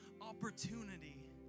opportunity